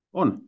on